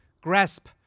grasp